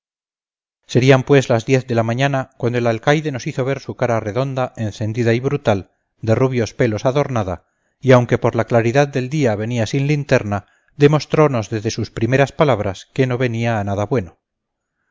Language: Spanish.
serían pues las diez de la mañana cuando el alcaide nos hizo ver su cara redonda encendida y brutal de rubios pelos adornada y aunque por la claridad del día venía sin linterna demostronos desde sus primeras palabras que no venía a nada bueno